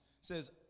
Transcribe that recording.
says